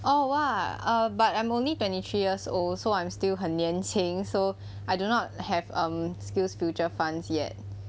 oh !wah! err but I'm only twenty three years old so I'm still 很年轻 so I do not have um skillsfuture funds yet